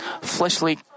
fleshly